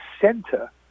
center